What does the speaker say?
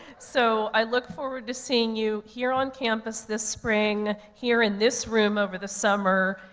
so, i look forward to seeing you here on campus this spring, here in this room over the summer,